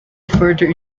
further